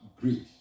grief